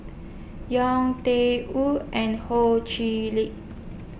Yau Tian Yau and Ho Chee Lick